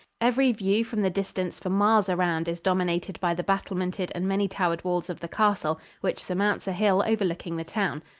every view from the distance for miles around is dominated by the battlemented and many-towered walls of the castle, which surmounts a hill overlooking the town.